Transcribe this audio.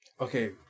Okay